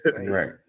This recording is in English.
right